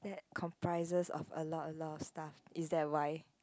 comprises of a lot a lot of stuff is that why